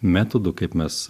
metodų kaip mes